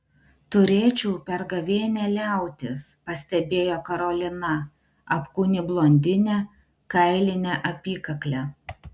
turėčiau per gavėnią liautis pastebėjo karolina apkūni blondinė kailine apykakle